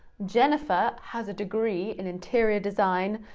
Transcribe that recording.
jennifer has a degree in interior design,